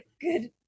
good